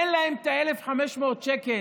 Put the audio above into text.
אין להם את ה-1,500 שקלים,